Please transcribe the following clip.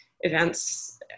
events